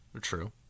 True